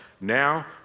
now